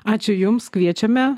ačiū jums kviečiame